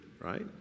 right